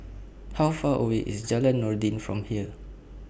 How Far away IS Jalan Noordin from here